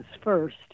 first